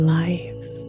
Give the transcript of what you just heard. life